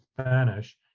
Spanish